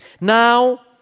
Now